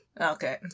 Okay